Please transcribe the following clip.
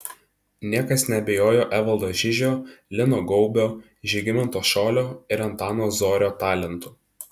niekas neabejojo evaldo žižio lino gaubio žygimanto šolio ir antano zorio talentu